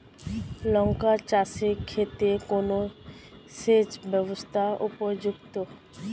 লঙ্কা চাষের ক্ষেত্রে কোন সেচব্যবস্থা উপযুক্ত?